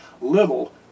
little